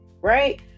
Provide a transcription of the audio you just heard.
right